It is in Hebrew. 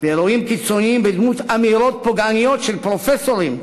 ואירועים קיצוניים בדמות אמירות פוגעניות של פרופסורים,